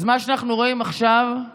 אז מה שאנחנו רואים עכשיו זה